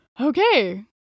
okay